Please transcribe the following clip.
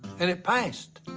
and it passed.